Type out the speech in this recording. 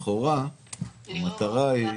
לכאורה המטרה היא